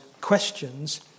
questions